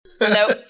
Nope